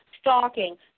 stalking